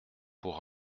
pour